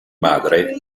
madre